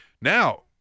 Now